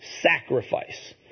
sacrifice